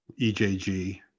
EJG